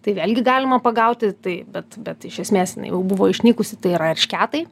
tai vėlgi galima pagauti tai bet bet iš esmės jinai jau buvo išnykusi tai yra eršketai